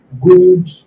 good